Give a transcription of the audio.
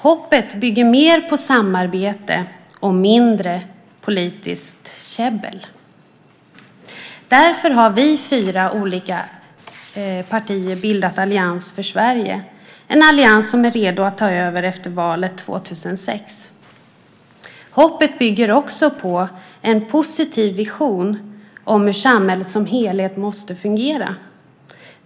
Hoppet bygger mer på samarbete och mindre på politiskt käbbel. Därför har vi, fyra olika partier, bildat Allians för Sverige, en allians som är redo att ta över efter valet 2006. Hoppet bygger också på en positiv vision om hur samhället som helhet måste fungera.